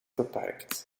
beperkt